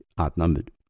outnumbered